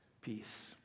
peace